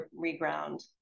reground